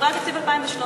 והועברה בתקציב 2013,